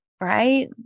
right